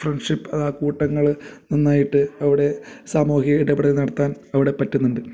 friendship അതാ കൂട്ടങ്ങൾ നന്നായിട്ട് അവിടെ സാമൂഹിക ഇടപെടൽ നടത്താൻ അവിടെ പറ്റുന്നുണ്ട്